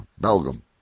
Belgium